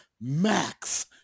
max